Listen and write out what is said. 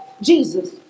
Jesus